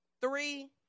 Three